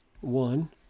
one